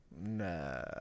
Nah